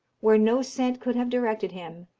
where no scent could have directed him,